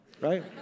right